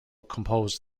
composed